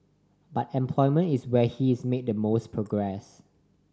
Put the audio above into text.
but employment is where he's made the most progress